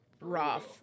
rough